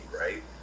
right